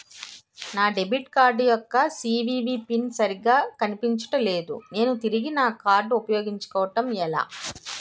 నా debit card యెక్క CVV PIN సరిగా కనిపించడం లేదు నేను తిరిగి నా కార్డ్ఉ పయోగించుకోవడం ఎలా?